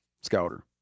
scouter